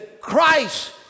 Christ